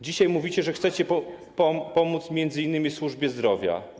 Dzisiaj mówicie, że chcecie pomóc m.in. służbie zdrowia.